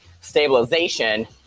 stabilization